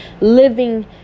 living